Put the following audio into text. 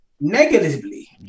Negatively